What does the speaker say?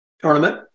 tournament